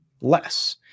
less